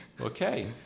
Okay